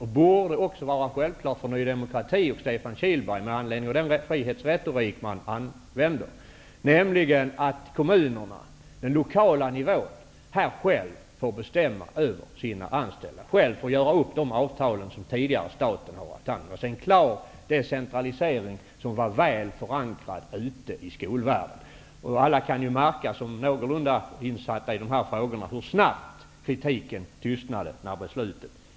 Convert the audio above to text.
Det borde vara självklart också för Stefan Kihlberg och Ny demokrati, med anledning av den frihetsretorik som används, att kommunerna själva -- det gäller alltså den lokala nivån -- får bestämma över sina anställda och göra upp avtal som staten tidigare har skött. Det är en klar decentralisering som varit väl förankrad i skolvärlden. Alla som är någorlunda insatta i dessa frågor kunde märka hur snabbt kritiken mot beslutet tystnade.